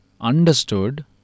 understood